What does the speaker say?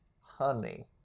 honey